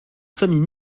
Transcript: famille